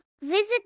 Visit